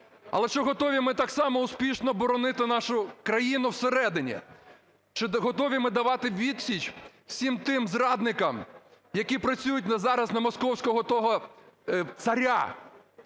Але чи готові ми так само успішно боронити нашу країну всередині? Чи готові ми давати відсіч всім тим зрадникам, які працюють зараз на московського того